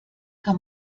kann